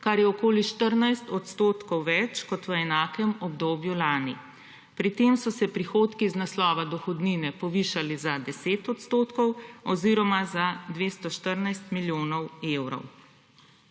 kar je okoli 14 % več kot v enakem obdobju lani. Pri tem so se prihodki iz naslova dohodnine povišali za 10 % oziroma za 214 milijonov evrov.